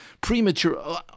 premature